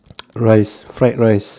rice fried rice